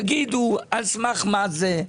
תגידו על סמך מה זה,